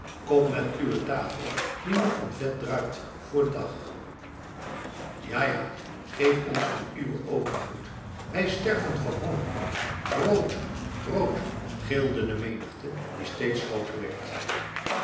kom met uwe tafel die nog van vet druipt voor den dag ja ja geef ons van uwen overvloed wij sterven van honger brood brood gilde de menigte die steeds grooter werd